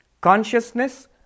Consciousness